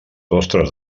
vostres